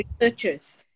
researchers